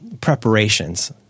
preparations